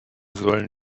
sollen